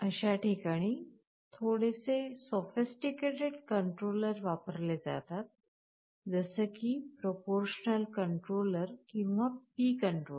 अश्या ठिकाणी थोडेसे परिष्कृत कंट्रोलर वापरले जातात जसकी प्रोपोरशनल कंट्रोलर किंवा P controller